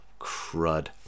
crud